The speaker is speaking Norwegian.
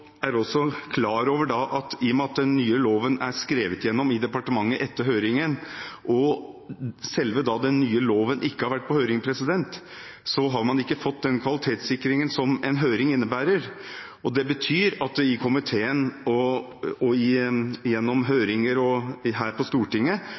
klar over at i og med at den nye loven er skrevet igjennom i departementet etter høringen og ikke har vært på høring, har man ikke fått den kvalitetssikringen som en høring innebærer. Det betyr at det i komiteen, gjennom høringer og